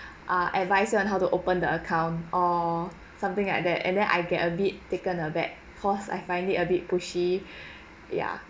ah advice on how to open the account or something like that and then I get a bit taken aback cause I find it a bit pushy yeah